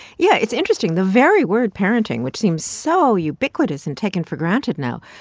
yeah, it's interesting. the very word parenting, which seems so ubiquitous and taken for granted now,